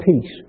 peace